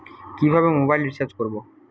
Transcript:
কিভাবে mobile recharge করব?